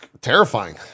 terrifying